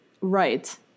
Right